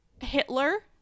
Hitler